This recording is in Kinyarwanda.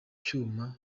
cyuma